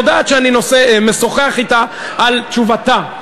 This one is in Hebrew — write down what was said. יודעת שאני משוחח אתה על תשובתה.